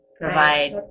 provide